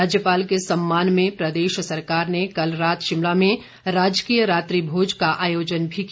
राज्यपाल के सम्मान में प्रदेश सरकार ने कल रात शिमला में राजकीय रात्रि भोज का आयोजन भी किया